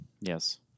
Yes